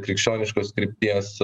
krikščioniškos krypties